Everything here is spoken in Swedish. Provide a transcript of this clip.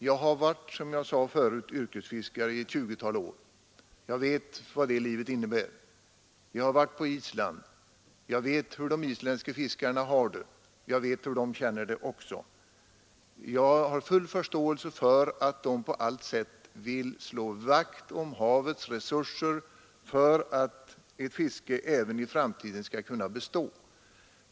Jag har varit, som jag sade tidigare, yrkesfiskare i ett 20-tal år. Jag vet vad det livet innebär. Jag har varit på Island och jag vet hur de isländska fiskarna har det. Jag vet också hur de känner det. Jag har full förståelse för att de på allt sätt vill slå vakt om havets resurser för att ett fiske även i framtiden skall kunna bestå.